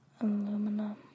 Aluminum